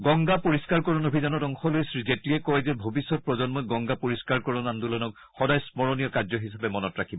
গংগা পৰিষ্ণাৰকৰণ অভিযানত অংশ লৈ শ্ৰীজেট্লীয়ে কয় যে ভৱিষ্যৎ প্ৰজন্মই গংগা পৰিষ্ণাৰকৰণ আন্দোলনক সদায় স্মৰণীয় কাৰ্য্য হিচাপে মনত ৰাখিব